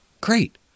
Great